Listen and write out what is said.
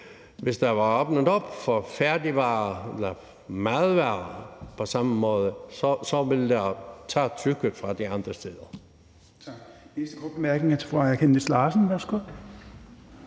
Hvis der var åbnet op for færdigvarer eller madvarer på samme måde, ville det tage trykket de andre steder.